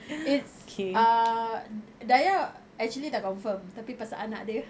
it's err dayah actually dah confirm tapi pasal anak dia